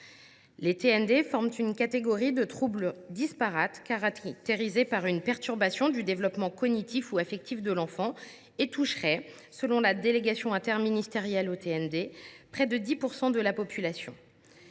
Les TND forment une catégorie de troubles disparates, caractérisés par une perturbation du développement cognitif ou affectif de l’enfant, et toucheraient, selon la délégation interministérielle aux TND, près de 17 % de la population.